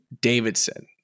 davidson